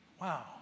Wow